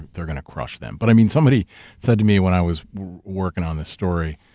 they're gonna crush them. but i mean, somebody said to me when i was working on this story.